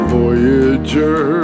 voyager